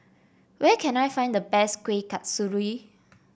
where can I find the best Kueh Kasturi